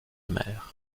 mer